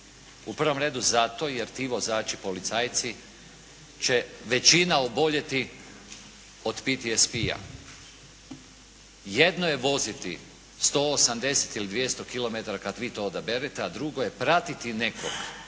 U prvom redu zato jer ti vozači policajci će većina oboljeti od PTSP-a. Jedno je voziti 180 ili 200 km kad vi to odaberete, a drugo je pratiti nekog